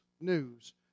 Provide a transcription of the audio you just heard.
news